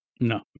No